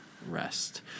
rest